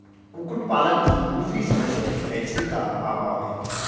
कुक्कुट पालन की दूसरी समस्या हैचरी का अभाव है